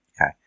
Okay